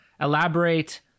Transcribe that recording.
elaborate